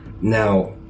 Now